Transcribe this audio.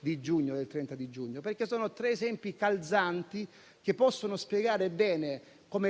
obiettivi del 30 giugno, perché sono calzanti e possono spiegare bene,